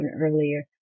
earlier